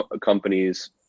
companies